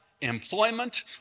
employment